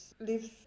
lives